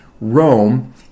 Rome